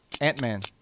Ant-Man